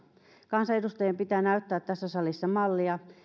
kansanedustajien pitää näyttää tässä salissa mallia